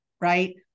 Right